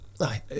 Aye